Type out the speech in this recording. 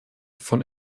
von